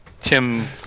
Tim